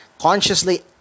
consciously